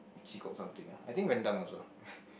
she cook something ah I think rendang also